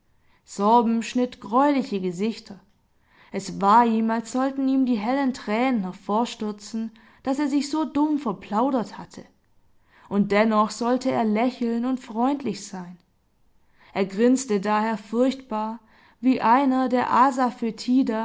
nicht sorben schnitt greuliche gesichter es war ihm als sollten ihm die hellen tränen hervorstürzen daß er sich so dumm verplaudert hatte und dennoch sollte er lächeln und freundlich sein er grinste daher furchtbar wie einer der asa